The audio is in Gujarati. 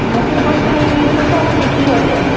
મધુર કંપનીની પચાસની કિલો છે